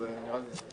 אז נראה לי --- עוזי,